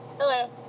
Hello